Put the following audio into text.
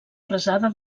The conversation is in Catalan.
arrasada